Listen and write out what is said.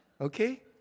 Okay